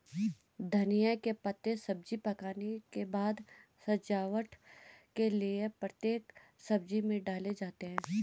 धनिया के पत्ते सब्जी पकने के बाद सजावट के लिए प्रत्येक सब्जी में डाले जाते हैं